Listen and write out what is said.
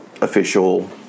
official